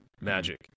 Magic